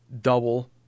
double